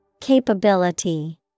Capability